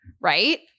right